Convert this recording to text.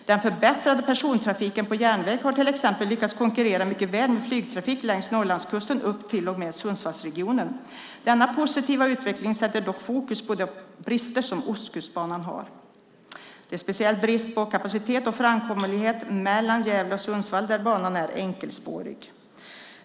Den förbättrade persontrafiken på järnväg har till exempel lyckats konkurrera mycket väl med flygtrafik längs Norrlandskusten upp till och med Sundsvallsregionen. Denna positiva utveckling sätter dock fokus på de brister som Ostkustbanan har. Det är speciellt brist på kapacitet och framkomlighet mellan Gävle och Sundsvall där banan är enkelspårig.